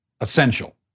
Essential